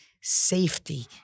safety